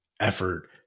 effort